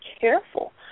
careful